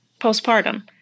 postpartum